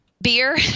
Beer